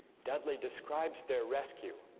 dudley describes their rescue